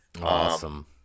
awesome